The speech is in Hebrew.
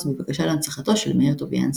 בבקשה להנצחתו של מאיר טוביאנסקי.